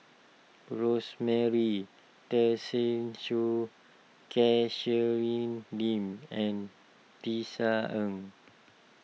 Rosemary Tessensohn Catherine Lim and Tisa Ng